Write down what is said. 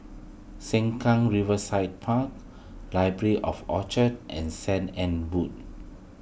Sengkang Riverside Park Library at Orchard and Saint Anne's Wood